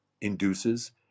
induces